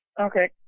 Okay